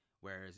whereas